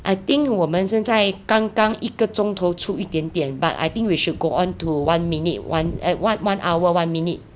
I think 我们现在刚刚一个钟头出一点点 but I think we should go onto one minute one eh one one hour one minute